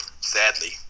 sadly